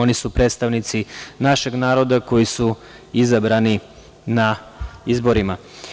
Oni su predstavnici našeg naroda koji su izabrani na izborima.